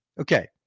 okay